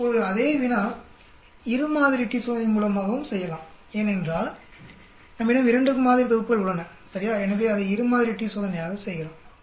இப்போது அதே வினா இரு மாதிரி டி சோதனை மூலமாகவும் செய்யலாம் ஏனென்றால் நம்மிடம் 2 மாதிரி தொகுப்புகள் உள்ளன சரியா எனவே அதை இரு மாதிரி டி சோதனையாக செய்யலாம்